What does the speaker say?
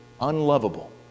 unlovable